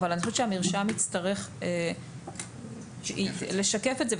אבל אני חושבת שהמרשם יצטרך לשקף את זה,